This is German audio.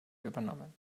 übernommen